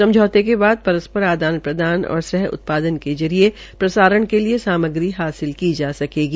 समझौते के बाद परस्पर आदान प्रदान और सह उत्पादन के जरिये प्रसारण के लिए सामग्री हासिल की जा सकेगी